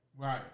Right